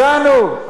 הצעתם את ההצעה הזאת?